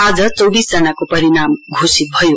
आज चौविस जनाको परिणाम घोषित भयो